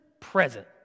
present